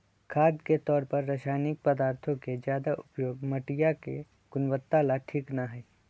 खाद के तौर पर रासायनिक पदार्थों के ज्यादा उपयोग मटिया के गुणवत्ता ला ठीक ना हई